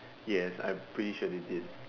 yes I'm pretty sure they did